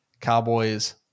Cowboys